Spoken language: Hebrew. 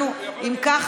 אם כך,